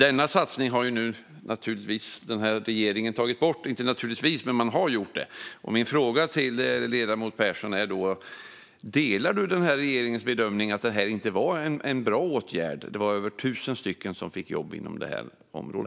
Den satsningen har regeringen nu tagit bort, och min fråga till ledamoten Persson är därför: Delar du regeringens bedömning att det inte var en bra åtgärd? Det var över 1 000 personer som fick jobb inom detta område.